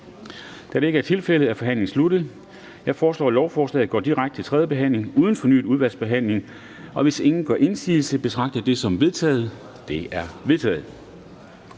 Da det ikke er tilfældet, er forhandlingen sluttet. Jeg foreslår, at lovforslaget går direkte til tredje behandling uden fornyet udvalgsbehandling. Hvis ingen gør indsigelse, betragter jeg det som vedtaget. Det er vedtaget.